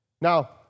Now